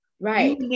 Right